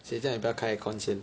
谁叫你不要开 aircon 先